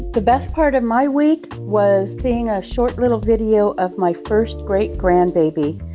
the best part of my week was seeing a short little video of my first great-grandbaby.